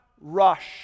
rush